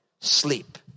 sleep